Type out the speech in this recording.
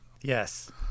Yes